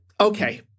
Okay